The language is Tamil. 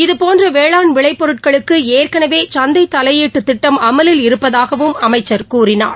இதுபோன்ற வேளாண் விளைப்பொருட்களுக்கு ஏற்கனவே சந்தை தலையீட்டுத் திட்டம் அமலில் இருப்பதாகவும் அமைச்சர் கூறினார்